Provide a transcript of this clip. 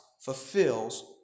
fulfills